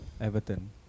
Everton